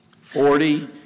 Forty